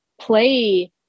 play